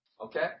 Okay